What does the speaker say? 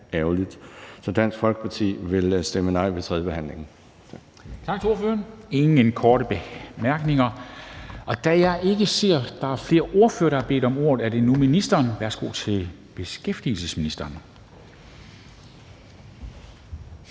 ærgerligt. Så Dansk Folkeparti vil stemme nej ved tredjebehandlingen. Kl. 10:22 Formanden (Henrik Dam Kristensen): Tak til ordføreren. Der er ingen korte bemærkninger, og da jeg ikke ser, at der er flere ordførere, der har bedt om ordet, er det nu ministeren. Værsgo til beskæftigelsesministeren. Kl.